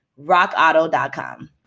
rockauto.com